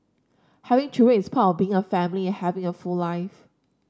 having children is part of being a family and having a full life